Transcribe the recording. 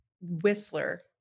Whistler